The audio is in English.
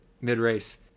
mid-race